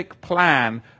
plan